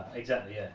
exactly,